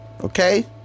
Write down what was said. Okay